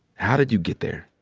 how did you get there?